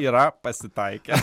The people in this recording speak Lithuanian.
yra pasitaikę